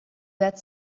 that